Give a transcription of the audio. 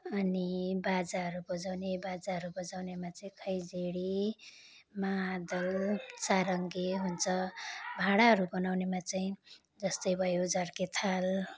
अनि बाजाहरू बजाउने बाजाहरू बजाउनेमा चाहिँ खैँजडी मादल चारङ्गे हुन्छ भाँडाहरू बनाउनेमा चाहिँ जस्तै भयो झर्के थाल